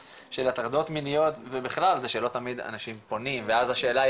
הטרדות מיניות זה בכלל שלא תמיד אנשים פונים ואז השאלה היא